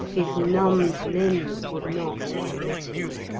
his numbed limbs would not permit him.